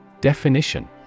Definition